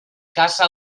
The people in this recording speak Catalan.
casa